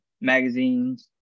magazines